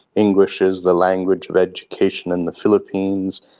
english is the language of education in the philippines,